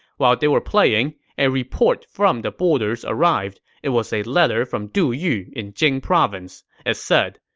while they were playing, a report from the borders arrived. it was a letter from du yu in jing province. it said,